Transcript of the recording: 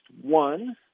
One